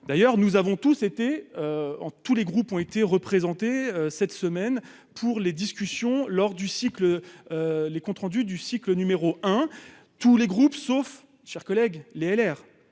d'ailleurs, nous avons tous été en tous les groupes ont été représentés cette semaine pour les discussions lors du cycle, les comptes rendus du cycle numéro un tous les groupes sauf chers collègues Les LR